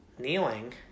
Kneeling